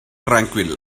tranquil